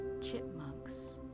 chipmunks